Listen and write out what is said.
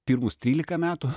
pirmus trylika metų